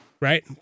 right